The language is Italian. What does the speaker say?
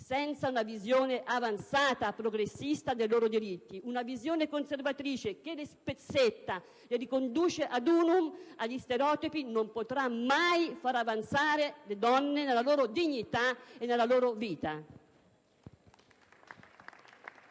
senza una visione avanzata e progressista dei loro diritti. Una visione conservatrice che le spezzetta e riconduce *ad unum*, a degli stereotipi, non potrà mai far avanzare le donne nella loro dignità e nella loro vita.